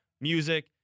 music